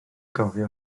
gofio